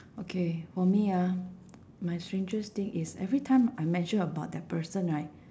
okay for me ah my strangest thing is every time I mention about that person right